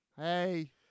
Hey